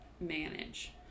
manage